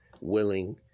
willing